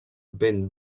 ben